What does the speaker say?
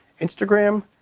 instagram